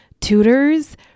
tutors